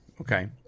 Okay